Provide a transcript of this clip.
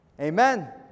Amen